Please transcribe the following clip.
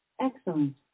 Excellent